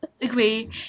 Agree